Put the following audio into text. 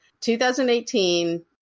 2018